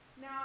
Now